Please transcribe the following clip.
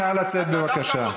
נא לצאת, בבקשה.